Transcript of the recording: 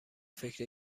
فکر